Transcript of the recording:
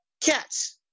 cats